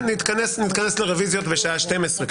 נתכנס לרביזיות בשעה 12:00,